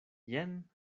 jen